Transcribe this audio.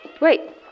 Wait